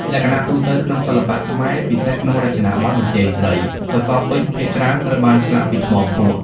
លក្ខណៈទូទៅក្នុងសិល្បៈខ្មែរ (ពិសេសក្នុងរចនាបថបន្ទាយស្រី) សសរពេជ្រភាគច្រើនត្រូវបានឆ្លាក់ពី ថ្មភក់។